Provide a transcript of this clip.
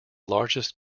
largest